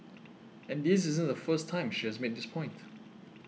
and this isn't the first time she has made this point